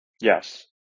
Yes